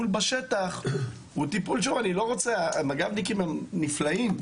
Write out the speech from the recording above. שוב, אני לא רוצה - המג"בניקים נפלאים,